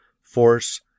force